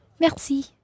Merci